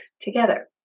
together